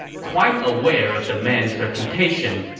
quite aware of the man's reputation,